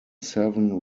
seven